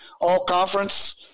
all-conference